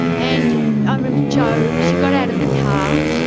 and i remember jo, she got out of the car,